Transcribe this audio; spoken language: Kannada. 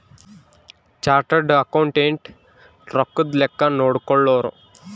ಚಾರ್ಟರ್ಡ್ ಅಕೌಂಟೆಂಟ್ ರೊಕ್ಕದ್ ಲೆಕ್ಕ ನೋಡ್ಕೊಳೋರು